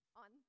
on